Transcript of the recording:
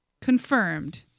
confirmed